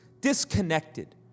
disconnected